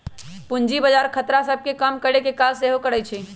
पूजी बजार खतरा सभ के कम करेकेँ काज सेहो करइ छइ